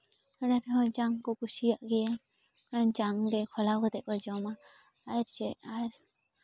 ᱚᱱᱟ ᱨᱮᱦᱚᱸ ᱡᱟᱝ ᱠᱚ ᱠᱩᱥᱤᱭᱟᱜ ᱜᱮᱭᱟ ᱚᱱᱟ ᱡᱟᱝ ᱜᱮ ᱠᱷᱚᱞᱣ ᱠᱟᱛᱮᱫ ᱠᱚ ᱡᱚᱢᱟ ᱟᱨ ᱪᱮᱫ ᱟᱨ